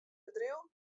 bedriuw